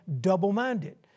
double-minded